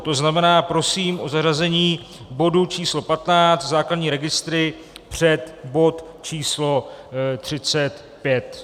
To znamená, prosím o zařazení bodu číslo 15, základní registry, před bod číslo 35.